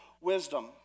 wisdom